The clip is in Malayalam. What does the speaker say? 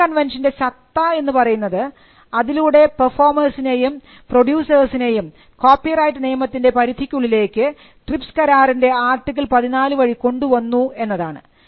റോം കൺവെൻഷൻറെ സത്ത എന്ന് പറയുന്നത് അതിലൂടെ പെർഫോമേഴ്സിനേയും പ്രൊഡ്യൂസേഴ്സിനേയും കോപ്പിറൈറ്റ് നിയമത്തിൻറെ പരിധിക്കുള്ളിലേക്ക് ട്രിപ്സ് കരാറിൻറെ ആർട്ടിക്കിൾ14 വഴി കൊണ്ടുവന്നു എന്നതാണ്